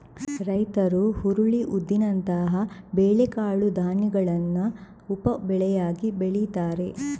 ರೈತರು ಹುರುಳಿ, ಉದ್ದಿನಂತಹ ಬೇಳೆ ಕಾಳು ಧಾನ್ಯಗಳನ್ನ ಉಪ ಬೆಳೆಯಾಗಿ ಬೆಳೀತಾರೆ